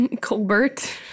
Colbert